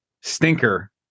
stinker